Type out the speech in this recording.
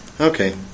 Okay